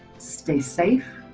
stay safe,